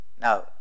now